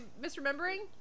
misremembering